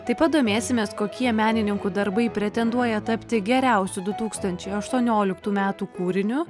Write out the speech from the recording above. taip pat domėsimės kokie menininkų darbai pretenduoja tapti geriausiu du tūkstančiai aštuonioliktų metų kūriniu